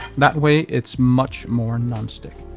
that way it's much more nonstick.